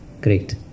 Great